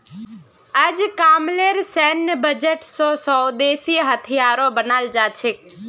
अजकामलेर सैन्य बजट स स्वदेशी हथियारो बनाल जा छेक